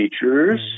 features